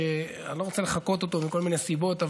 אני לא רוצה לחקות אותו מכל מיני סיבות,